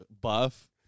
buff